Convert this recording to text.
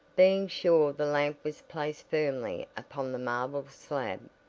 being sure the lamp was placed firmly upon the marble slab,